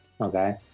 Okay